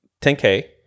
10K